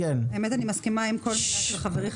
האמת היא שאני מסכימה עם כל מילה של חברי,